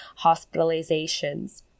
hospitalizations